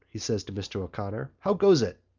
he said to mr. o'connor, how goes it?